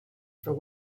for